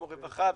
כמו רווחה,